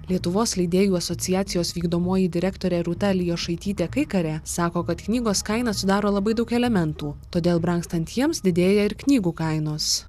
lietuvos leidėjų asociacijos vykdomoji direktorė rūta elijošaitytė kaikarė sako kad knygos kaina sudaro labai daug elementų todėl brangstant jiems didėja ir knygų kainos